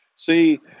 See